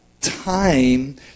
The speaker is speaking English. time